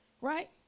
right